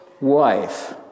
wife